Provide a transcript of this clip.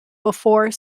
before